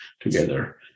together